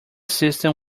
system